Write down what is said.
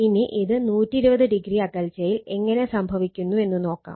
ഇനി ഇത് 120o അകൽച്ചയിൽ എങ്ങനെ സംഭവിക്കുന്നു എന്ന് നോക്കാം